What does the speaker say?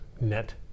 net